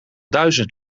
duizend